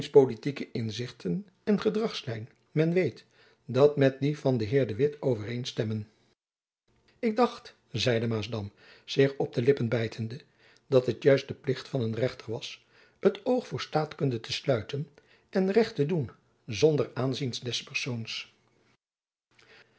politieke inzichten en gedragslijn men weet dat met die van den heer de witt overeenstemmen ik dacht zeide maasdam zich op de lippen bijtende dat het juist de plicht van een rechter was het oog voor staatkunde te sluiten en recht te doen zonder aanzien des persoons